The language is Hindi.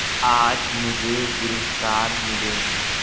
आज मुझे पुरस्कार मिले